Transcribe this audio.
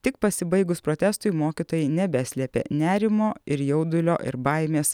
tik pasibaigus protestui mokytojai nebeslėpė nerimo ir jaudulio ir baimės